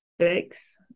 six